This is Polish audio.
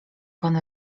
pan